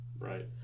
right